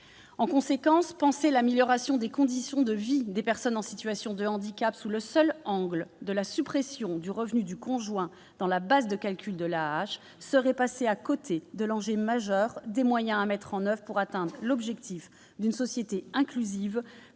En conséquence, penser l'amélioration des conditions de vie des personnes en situation de handicap sous le seul angle de la suppression des revenus du conjoint dans la base de calcul de l'AAH serait passer à côté de l'enjeu majeur des moyens à mettre en oeuvre pour atteindre l'objectif d'une société inclusive,